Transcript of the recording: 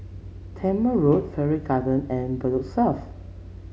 Tangmere Road Farrer Garden and Bedok South